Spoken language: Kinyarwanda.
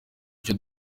icyo